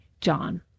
John